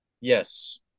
Yes